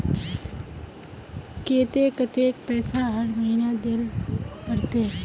केते कतेक पैसा हर महीना देल पड़ते?